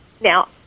Now